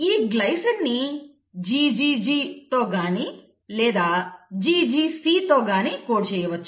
ఈ గ్లైసిన్ ని GGG తో గాని లేదా GGC తో కాని కోడ్ చేయవచ్చు